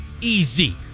easy